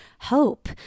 hope